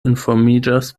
informiĝas